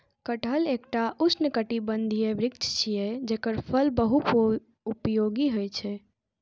कटहल एकटा उष्णकटिबंधीय वृक्ष छियै, जेकर फल बहुपयोगी होइ छै